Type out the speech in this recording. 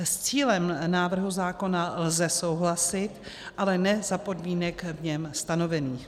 S cílem návrhu zákona lze souhlasit, ale ne za podmínek v něm stanovených.